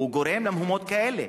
והוא גורם למהומות כאלה.